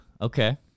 Okay